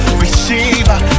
receiver